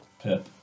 Pip